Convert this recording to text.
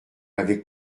m’avez